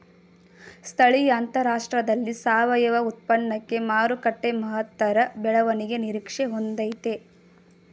ಸ್ಥಳೀಯ ಅಂತಾರಾಷ್ಟ್ರದಲ್ಲಿ ಸಾವಯವ ಉತ್ಪನ್ನಕ್ಕೆ ಮಾರುಕಟ್ಟೆ ಮಹತ್ತರ ಬೆಳವಣಿಗೆ ನಿರೀಕ್ಷೆ ಹೊಂದಯ್ತೆ